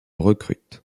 recrute